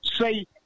Say